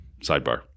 sidebar